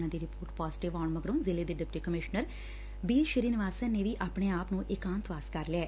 ਉਨ੍ਹਾਂ ਦੀ report positive ਆਉਣ ਮਗਰੋ ਜ਼ਿਲ੍ਹੇ ਦੇ ਡਿਪਟੀ ਕਮਿਸ਼ਨਰ ਬੀ ਸ੍ਰੀਨਿਵਾਸਨ ਨੇ ਵੀ ਆਪਣੇ ਆਪ ਨੂੰ ਏਕਾਂਤਵਾਸ ਕਰ ਲਿਐ